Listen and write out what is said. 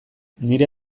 nire